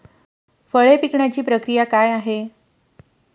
फळे पिकण्याची प्रक्रिया काय आहे?